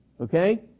Okay